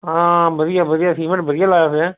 ਹਾਂ ਵਧੀਆ ਵਧੀਆ ਸੀਮਿੰਟ ਵਧੀਆ ਲਾਇਆ ਫਿਰ ਹੈ